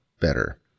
better